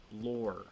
lore